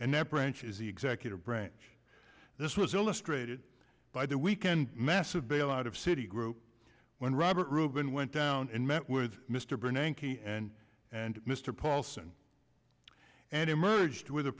and that branch is the executive branch this was illustrated by the weekend massive bailout of citi group when robert rubin went down and met with mr bernanke and mr paulson and emerged with a